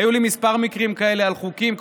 היו לי כמה מקרים כאלה על חוקים,